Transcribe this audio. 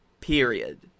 Period